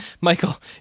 Michael